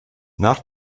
nach